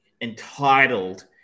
entitled